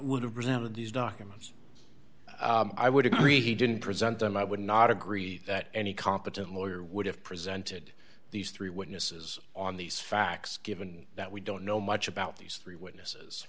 would have presented these documents i would agree he didn't present them i would not agree that any competent lawyer would have presented these three witnesses on these facts given that we don't know much about these three witnesses